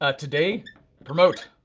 ah today promote,